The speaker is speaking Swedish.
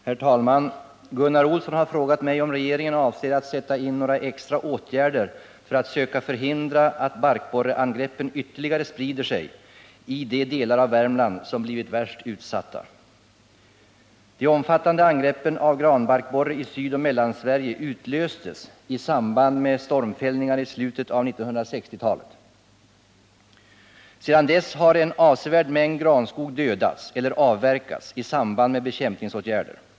Herr talman! Gunnar Olsson har frågat mig om regeringen avser att sätta in några extra åtgärder för att söka förhindra att barkborreangreppen ytterligare sprider sig i de delar av Värmland som blivit värst utsatta. De omfattande angreppen av granbarkborre i Sydoch Mellansverige utlöstes i samband med stormfällningar i slutet av 1960-talet. Sedan dess har en avsevärd mängd granskog dödats eller avverkats i samband med bekämpningsåtgärder.